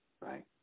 right